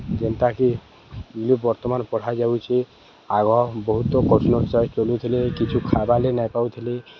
ଯେନ୍ତାକି ବର୍ତ୍ତମାନ ପଢ଼ାଯାଉଛି ଆଗ ବହୁତ କଠିନ ହିସାବରେ ଚଲୁଥିଲେ କିଛି ଖାଏବାଲାଗି ନାଇଁ ପାଉଥିଲେ